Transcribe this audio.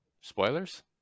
spoilers